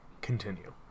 continue